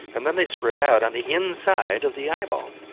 and then they spread out on the inside of the eyeball,